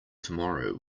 tomorrow